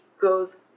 goes